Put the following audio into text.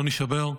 לא נישבר.